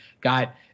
got